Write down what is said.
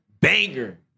banger